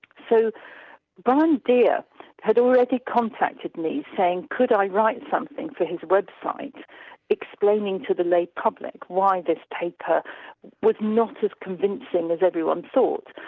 so brian deer had already contacted me saying could i write something for his website explaining to the lay public why this paper was not as convincing as everyone thought.